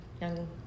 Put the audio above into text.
young